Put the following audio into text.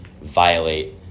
violate